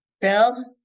Bill